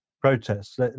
protests